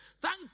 Thank